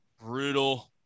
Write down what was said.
brutal